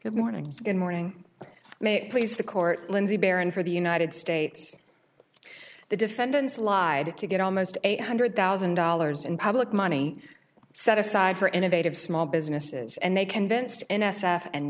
good morning good morning may it please the court lindsey baron for the united states the defendants lied to get almost eight hundred thousand dollars in public money set aside for innovative small businesses and they convinced n s f and